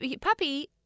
puppy